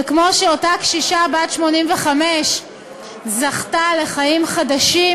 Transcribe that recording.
וכמו שאותה קשישה בת 85 זכתה לחיים חדשים